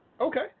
Okay